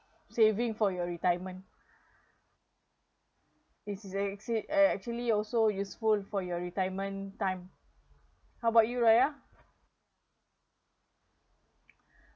saving for your retirement is is ac~ actually also useful for your retirement time how about you raya